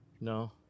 No